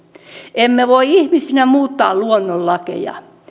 emme voi ihmisinä muuttaa luonnonlakeja